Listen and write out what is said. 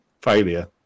failure